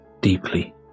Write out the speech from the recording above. deeply